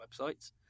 websites